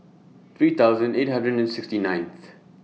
three thousand eight hundred and sixty ninth